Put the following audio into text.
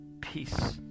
peace